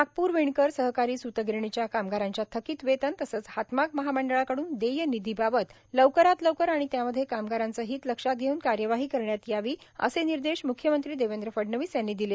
नागपूर विणकर सहकारी स्तगिरणीच्या कामगारांच्या थकीत वेतन तसेच हातमाग महामंडळाकडुन देय निधीबाबत लवकरात लवकर आणि त्यामध्ये कामगारांचे हित लक्षात घेऊन कार्यवाही करण्यात यावी असे निर्देश मुख्यमंत्री देवेंद्र फडणवीस यांनी दिले